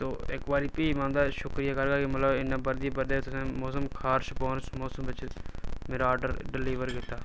तो इक बारी भी उंदा शुक्रिया करदां कि मतलब इन्ना बरदी बर्खा मौसमबारिश बारिश मौसम बिच मेरा आर्डर डलीवर कीता